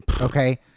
Okay